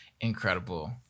incredible